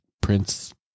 prince